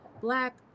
black